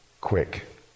quick